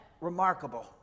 remarkable